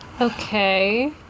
Okay